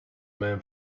man